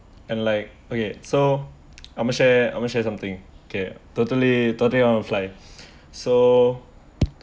and like okay so I'm going to share I'm going to share something okay totally totally I want to fly so